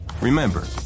Remember